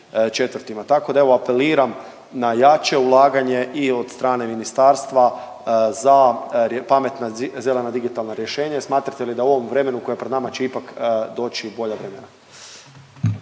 tako da, evo, apeliram na jače ulaganje i od strane ministarstva za pametna zelena digitalna rješenja i smatrate li da u ovom vremenu koje je pred nama će ipak doći bolja vremena?